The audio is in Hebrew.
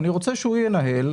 אני רוצה שהוא ינהל,